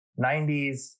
90s